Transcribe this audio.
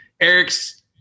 Eric's